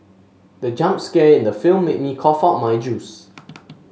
the jump scare in the film made me cough out my juice